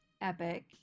epic